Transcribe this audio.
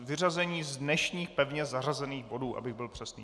Vyřazení z dnešních pevně zařazených bodů, abych byl přesný.